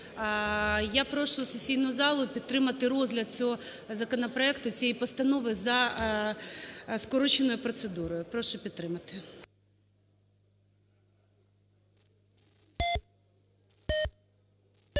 Я прошу сесійну залу підтримати розгляд цього законопроекту, цієї постанови за скороченою процедурою. Прошу підтримати.